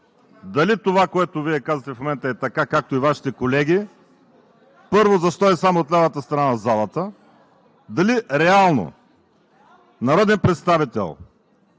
дали това, което Вие казвате в момента, е така, както и Вашите колеги? Първо, защо и само в лявата страна на залата? Дали реално, народният представител,